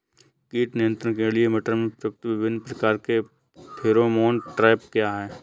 कीट नियंत्रण के लिए मटर में प्रयुक्त विभिन्न प्रकार के फेरोमोन ट्रैप क्या है?